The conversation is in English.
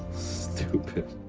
stupid